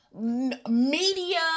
media